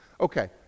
Okay